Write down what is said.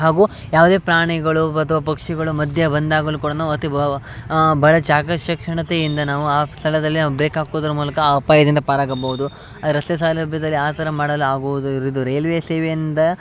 ಹಾಗೂ ಯಾವುದೇ ಪ್ರಾಣಿಗಳು ಅಥ್ವಾ ಪಕ್ಷಿಗಳು ಮಧ್ಯೆ ಬಂದಾಗಲೂ ಕೂಡ ನಾವು ಅತಿ ಭಾಳ ಚಾಕಶಕ್ಷಣತೆಯಿಂದ ನಾವು ಆ ಸ್ಥಳದಲ್ಲಿ ನಾವು ಬ್ರೇಕ್ ಹಾಕುದ್ರ ಮೂಲಕ ಆ ಅಪಾಯದಿಂದ ಪಾರಾಗಬೌದು ಆ ರಸ್ತೆ ಸೌಲಭ್ಯದಲ್ಲಿ ಆ ಥರ ಮಾಡಲು ಆಗುವುದು ರೈಲ್ವೆ ಸೇವೆಯಿಂದ